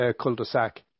cul-de-sac